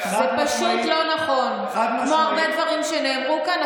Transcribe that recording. זה פשוט לא נכון, כמו הרבה דברים שנאמרו כאן.